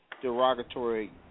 derogatory